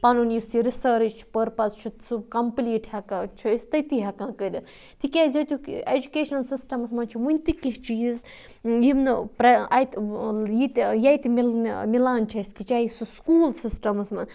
پَنُن یُس یہِ رِسٲرٕچ پٔرپَز چھُ سُہ کَمپلیٖٹ ہٮ۪کان چھِ أسۍ تٔتی ہٮ۪کان کٔرِتھ تِکیازِ ییٚتیُک ایچوکیشَن سِسٹَمَس منٛز چھ ؤنۍ تہِ کیٚنہہ چیٖز یِم نہٕ پرٛ اَتہِ یِتہِ ییٚتہِ مِلنہٕ مِلان چھِ اَسہِ چاہے سُہ سکوٗل سِسٹَمَس منٛز